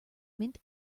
mint